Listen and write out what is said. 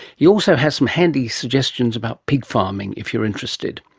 he also has some handy suggestions about pig farming, if you're interested.